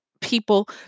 people